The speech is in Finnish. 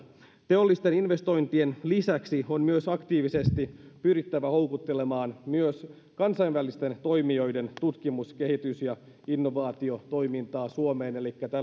teollisten investointien lisäksi on aktiivisesti pyrittävä houkuttelemaan myös kansainvälisten toimijoiden tutkimus kehitys ja innovaatiotoimintaa suomeen elikkä tällaista